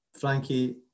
Frankie